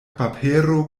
papero